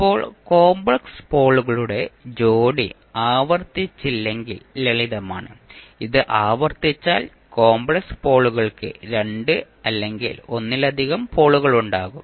ഇപ്പോൾ കോമ്പ്ലെക്സ് പോളുകളുടെ ജോഡി ആവർത്തിച്ചില്ലെങ്കിൽ ലളിതമാണ് അത് ആവർത്തിച്ചാൽ കോമ്പ്ലെക്സ് പോളുകൾക്ക് രണ്ട് അല്ലെങ്കിൽ ഒന്നിലധികം പോളുകളുണ്ടാകും